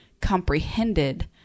comprehended